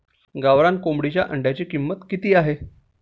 गावरान कोंबडीच्या अंड्याची किंमत किती आहे?